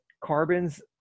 carbons